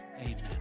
Amen